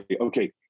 okay